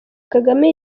kagame